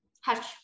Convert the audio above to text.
Hatch